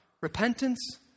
repentance